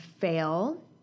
fail